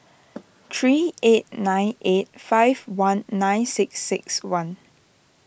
three eight nine eight five one nine six six one